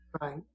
right